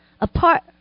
Apart